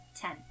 Ten